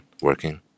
working